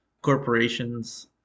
corporations